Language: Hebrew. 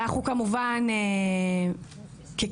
אנחנו כמובן ככנסת,